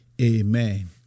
Amen